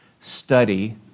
study